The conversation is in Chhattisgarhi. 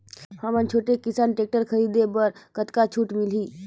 हमन छोटे किसान टेक्टर खरीदे बर कतका छूट मिलही?